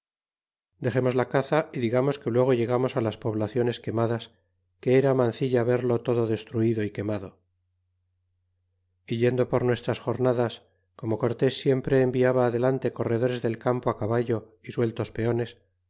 dexemos la caza y digamos que luego llegamos las poblaciones quemadas que era mancilla verlo todo destruido é quemado e yendo por nuestras jornadas como cortés siempre enviaba adelante corredores del campo caballo y sueltos peones